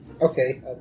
Okay